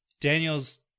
Daniel's